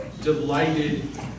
delighted